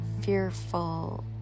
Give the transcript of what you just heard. fearful